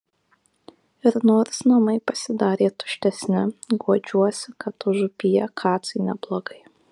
ir nors namai pasidarė tuštesni guodžiuosi kad užupyje kacui neblogai